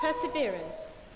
perseverance